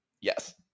Yes